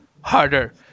harder